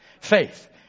Faith